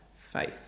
faith